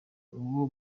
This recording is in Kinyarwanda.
uwo